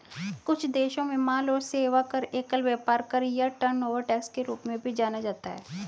कुछ देशों में माल और सेवा कर, एकल व्यापार कर या टर्नओवर टैक्स के रूप में भी जाना जाता है